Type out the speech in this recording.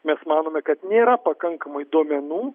mes manome kad nėra pakankamai duomenų